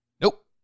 Nope